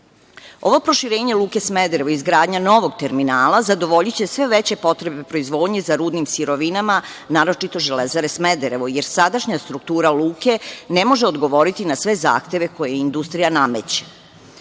proširenje Luke Smederevo i izgradnja novog terminala zadovoljiće sve veće potrebe proizvodnje za rudnim sirovinama, naročito Železare Smederevo, jer sadašnja struktura luke ne može odgovoriti na sve zahteve koje industrija nameće. Radovi